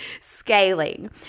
scaling